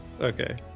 Okay